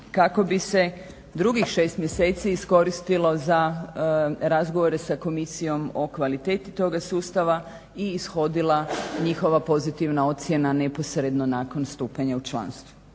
Kako bi se drugih 6 mjeseci iskoristilo za razgovore sa komisijom o kvaliteti toga sustava i ishodila njihova pozitivna ocjena neposredno nakon stupanja u članstvo.